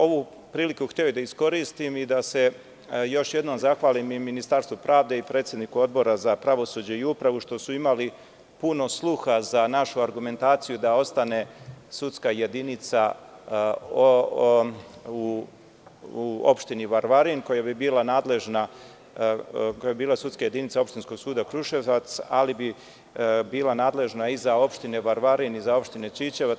Ovu priliku sam hteo da iskoristim i da se još jednom zahvalim i Ministarstvu pravde i predsedniku Odbora za pravosuđe i upravu što su imali puno sluha za našu argumentaciju da ostane sudska jedinica u opštini Varvarin koja bi bila nadležna, koja bi bila sudska jedinica opštinskog suda Kruševac, ali bi bila nadležna i za opštinu Varvarin i Ćićevac.